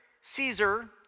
Caesar